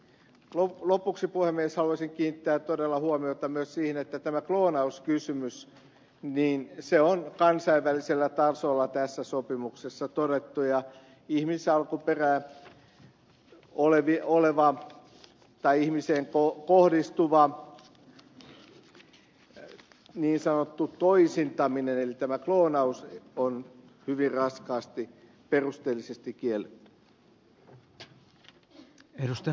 lopuksi puhemies haluaisin kiinnittää todella huomiota myös siihen että kloonauskysymys on kansainvälisellä tasolla tässä sopimuksessa todettu ja ihmisalkuperää oleva tai ihmiseen kohdistuva niin sanottu toisintaminen eli kloonaus on hyvin raskaasti perusteellisesti kielletty